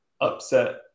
upset